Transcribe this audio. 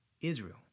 Israel